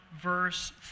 verse